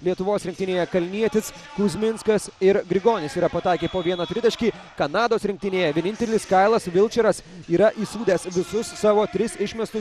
lietuvos rinktinėje kalnietis kuzminskas ir grigonis yra pataikę po vieną tritaškį kanados rinktinėje vienintelis kailas vilčeras yra įsūdęs visus savo tris išmestus